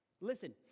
Listen